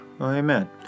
Amen